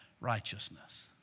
righteousness